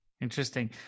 Interesting